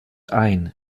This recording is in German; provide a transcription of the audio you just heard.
ein